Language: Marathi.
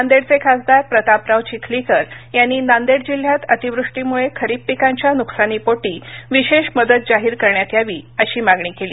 नांदेडचे खासदार प्रतापराव चिखलीकर यांनी नांदेड जिल्ह्यात अतिवृष्टीमुळे खरीप पिकांच्या नुकसानीपोटी विशेष मदत जाहीर करण्यात यावी अशी मागणी केली